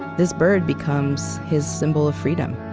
this bird becomes his symbol of freedom.